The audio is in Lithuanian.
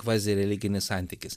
kvazireliginis santykis